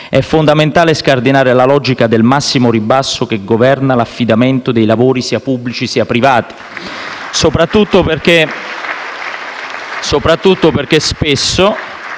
È fondamentale scardinare la logica del massimo ribasso che governa l'affidamento dei lavori sia pubblici sia privati *(Applausi dai Gruppi